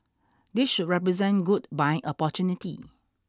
this should represent good buying opportunity